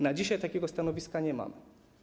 Na dzisiaj takiego stanowiska nie mamy.